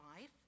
life